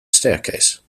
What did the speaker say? staircase